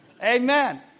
Amen